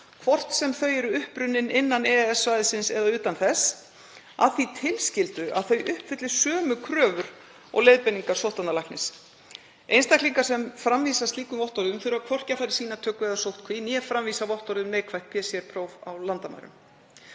hvort sem þau eru upprunnin innan EES-svæðisins eða utan þess að því tilskildu að þau uppfylli sömu kröfur og leiðbeiningar sóttvarnalæknis. Einstaklingar sem framvísa slíkum vottorðum þurfa hvorki að fara í sýnatöku eða sóttkví né framvísa vottorði um neikvætt PCR-próf á landamærum.